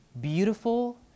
beautiful